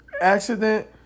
accident